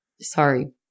Sorry